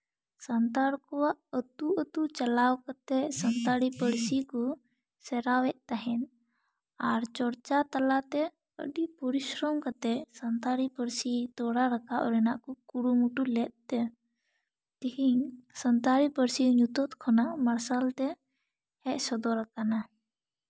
ᱥᱟᱱᱛᱟᱲ ᱠᱚᱣᱟᱜ ᱟᱹᱛᱩ ᱟᱹᱛᱩ ᱪᱟᱞᱟᱣ ᱠᱟᱛᱮᱜ ᱥᱟᱱᱛᱟᱲᱤ ᱯᱟᱹᱨᱥᱤ ᱠᱚ ᱥᱮᱬᱟᱭᱮᱫ ᱛᱟᱦᱮᱸᱱ ᱟᱨ ᱪᱚᱨᱪᱟ ᱛᱟᱞᱟᱛᱮ ᱟᱹᱰᱤ ᱯᱚᱨᱤᱥᱨᱚᱢ ᱠᱟᱛᱮᱫ ᱥᱟᱱᱛᱟᱲᱤ ᱯᱟᱹᱨᱥᱤ ᱛᱚᱨᱟᱣ ᱨᱟᱠᱟᱵ ᱨᱮᱱᱟᱜ ᱠᱚ ᱠᱩᱨᱩᱢᱩᱴᱩ ᱞᱮᱫ ᱛᱮ ᱛᱤᱦᱤᱧ ᱥᱟᱱᱛᱟᱲᱤ ᱯᱟᱹᱨᱥᱤ ᱧᱩᱛᱟᱹᱛ ᱠᱷᱚᱱᱟᱜ ᱢᱟᱨᱥᱟᱞᱛᱮ ᱦᱮᱡ ᱥᱚᱫᱚᱨ ᱟᱠᱟᱱᱟ